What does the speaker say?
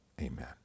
amen